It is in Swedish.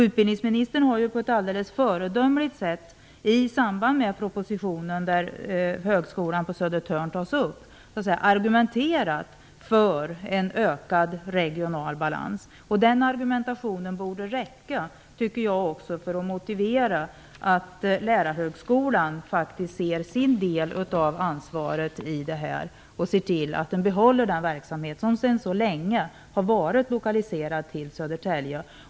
Utbildningsministern har på ett alldeles föredömligt sätt, i samband med den proposition där högskolan på Södertörn tas upp, argumenterat för en ökad regional balans. Den argumentationen borde räcka också för att motivera Lärarhögskolan att faktiskt se sin del av ansvaret, så att den behåller den verksamhet som sedan så länge har varit lokaliserad till Södertälje.